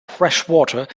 freshwater